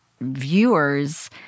viewers